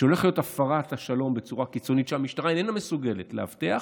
הולכת להיות הפרת השלום בצורה קיצונית שהמשטרה איננה מסוגלת לאבטח,